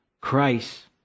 Christ